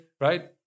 right